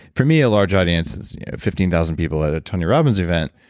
for me, a large audience is fifteen thousand people at a tony robbins event,